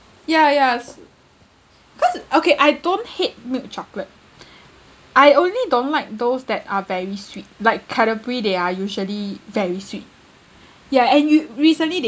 ya yas cause okay I don't hate milk chocolate I only don't like those that are very sweet like Cadbury they are usually very sweet ya and you recently they